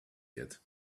yet